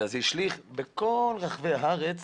אלא זה השליך בכל רחבי הארץ,